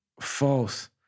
false